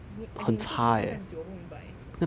你 as in 你做什么做这样久我不明白